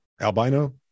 albino